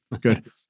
Good